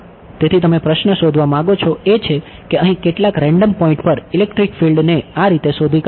તેથી તમે પ્રશ્ન શોધવા માંગો છો એ છે કે અહીં કેટલાક રેન્ડમ ને આ રીતે શોધી કાઢવું